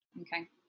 okay